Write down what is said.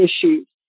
issues